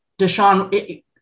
Deshaun